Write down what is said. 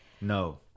no